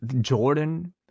Jordan